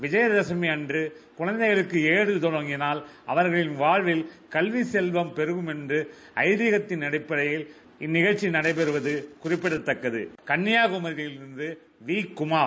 விஜயதசமி அன்று குழந்தைகளுக்கு கல்வி தொடங்கினால் அவர்களின் வாழ்வு கல்வி செல்வம் பெருகும் என்ற ஐதிகத்தின் அடிப்படையில் இந்த நிகழ்ச்சி நடைபெற்றது குறிப்பிடத்தக்கது கன்னியாகுமரியில் இருந்து வி குமார்